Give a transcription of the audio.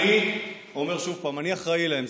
אני אומר שוב: אני אחראי להם.